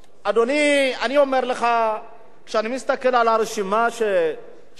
אני אומר לך שאני מסתכל על הרשימה שאני מדבר עליה,